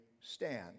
stand